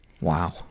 Wow